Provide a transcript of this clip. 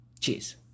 cheers